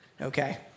Okay